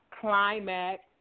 Climax